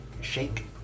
shake